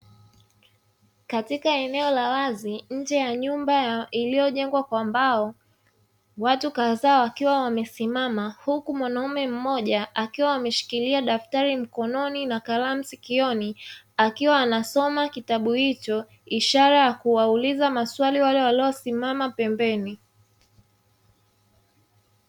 Katika eneo la wazi nje ya nyumba iliyojengwa kwa mbao. Watu kadhaa wakiwa wamesimama, huku mwanaume mmoja, akiwa ameshikiria daftari mkononi na kalamu sikioni. Akiwa anasoma kitabu hicho, ishara ya kuwauliza maswali wale waliosimama pembeni.